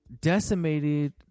Decimated